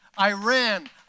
Iran